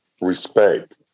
respect